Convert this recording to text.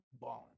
balling